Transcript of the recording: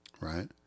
Right